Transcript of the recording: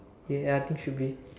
ya think should be